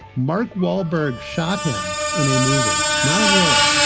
mark wahlberg shot him in a movie, not in real life.